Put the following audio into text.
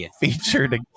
Featured